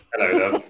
Hello